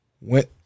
went